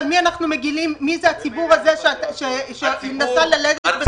מי זה הציבור הזה שנסע ללדת בחוץ לארץ?